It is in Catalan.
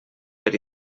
per